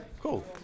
cool